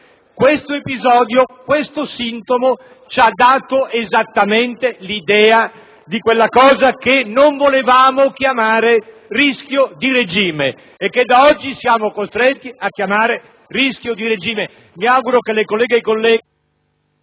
Questo episodio ci ha dato esattamente l'idea di quella cosa che non volevamo chiamare «rischio di regime» e che da oggi siamo costretti a definire tale. Mi auguro che le colleghe e i colleghi